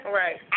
right